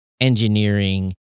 engineering